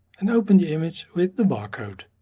and open the image with the bar code.